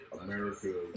America